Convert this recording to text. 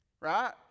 Right